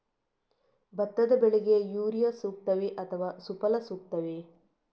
ಭತ್ತದ ಬೆಳೆಗೆ ಯೂರಿಯಾ ಸೂಕ್ತವೇ ಅಥವಾ ಸುಫಲ ಸೂಕ್ತವೇ?